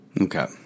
Okay